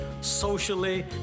socially